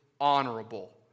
honorable